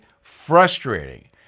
frustrating